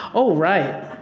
oh, right.